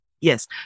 Yes